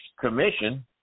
Commission